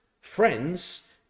Friends